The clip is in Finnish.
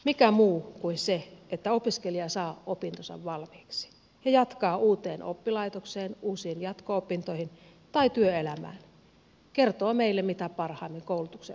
mikä muu kuin se että opiskelija saa opintonsa valmiiksi ja jatkaa uuteen oppilaitokseen uusiin jatko opintoihin tai työelämään kertoo meille mitä parhaimmin koulutuksen onnistumisesta